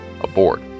aboard